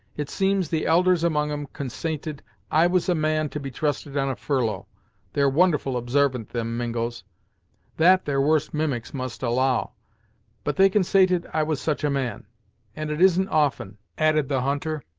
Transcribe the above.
it seems the elders among em consaited i was a man to be trusted on a furlough they're wonderful obsarvant, them mingos that their worst mimics must allow but they consaited i was such a man and it isn't often added the hunter,